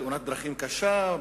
תאונת דרכים קשה,